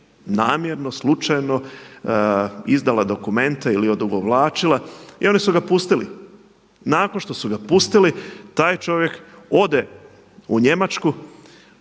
namjerno, slučajno izdala dokumente ili odugovlačila i oni su ga pustili. Nakon što su ga pustili taj čovjek ode u Njemačku,